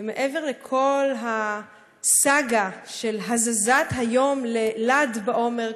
ומעבר לכל הסאגה של הזזת היום לל"ד בעומר,